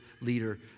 leader